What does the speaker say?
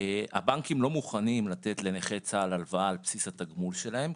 הבנקים לא מוכנים לתת לנכי צה"ל הלוואה על בסיס התגמול שלהם,